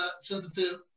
sensitive